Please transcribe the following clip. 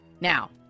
Now